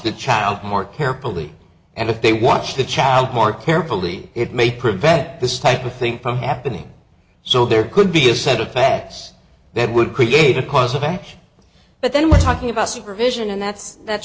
the child more carefully and if they watch the child more carefully it may prevent this type of thing from happening so there could be a set of facts that would create a cause of action but then we're talking about supervision and that's that's